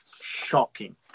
shocking